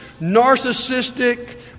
narcissistic